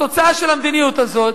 התוצאה של המדיניות הזאת